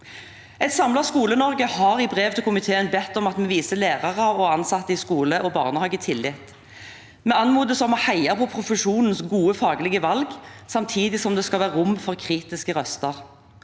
Et samlet Skole-Norge har i brevet til komiteen bedt om at vi viser lærere og ansatte i skole og barnehage tillit. Vi anmodes om å heie på profesjonens gode faglige valg, samtidig som det skal være rom for kritiske røster.